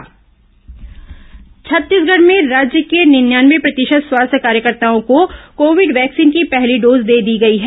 corona समाचार छत्तीसगढ में राज्य के निन्यानवे प्रतिशत स्वास्थ्य कार्यकर्ताओं को कोविड वैक्सीन की पहली डोज दे दी गई है